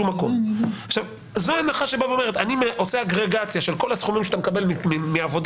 זאת הנחה שאומרת: אני עושה אגרגציה של כל הסכומים שאתה מקבל מעבודה